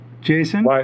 Jason